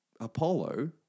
Apollo